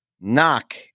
Knock